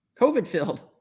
COVID-filled